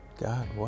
God